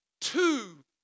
Two